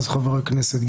שהיה אז חבר הכנסת.